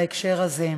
בהקשר הזה.